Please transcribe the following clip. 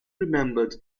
remembered